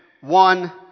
One